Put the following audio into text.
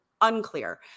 unclear